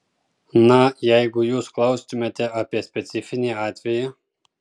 na jeigu jūs klaustumėte apie specifinį atvejį